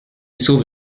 s’ouvre